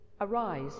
Arise